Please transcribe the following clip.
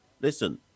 listen